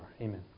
Amen